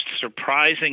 surprising